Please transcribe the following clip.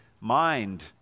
mind